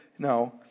No